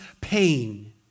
pain